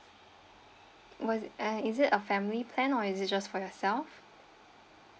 was uh is it a family plan or is it just for yourself